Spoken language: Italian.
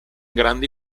grandi